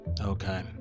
Okay